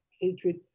hatred